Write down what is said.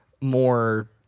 more